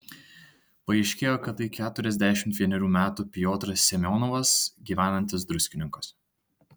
paaiškėjo kad tai keturiasdešimt vienerių metų piotras semionovas gyvenantis druskininkuose